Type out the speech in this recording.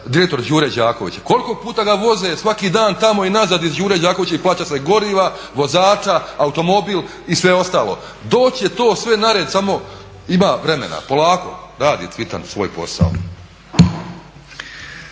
direktor Đure Đakovića. Koliko puta ga voze svaki dan tamo i nazad iz Đure Đakovića i plaća se goriva, vozača, automobil i sve ostalo. Doći će sve to na red, samo ima vremena, polako, radi Cvitan svoj posao.